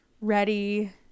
ready